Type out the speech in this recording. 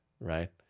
right